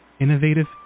innovative